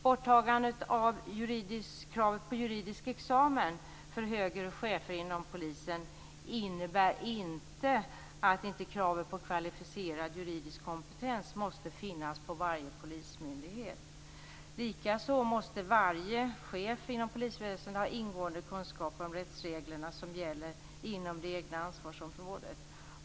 Borttagandet av kravet på juridisk examen för högre chefer inom polisen innebär inte att inte kravet på kvalificerad juridisk kompetens måste finnas på varje polismyndighet. Likaså måste varje chef inom polisväsendet ha ingående kunskaper om rättsreglerna som gäller inom det egna ansvarsområdet.